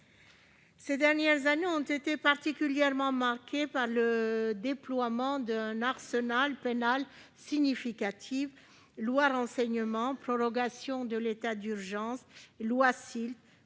Ces dernières années ont été particulièrement marquées par le déploiement d'un arsenal pénal significatif : loi relative au renseignement, prorogation de l'état d'urgence, loi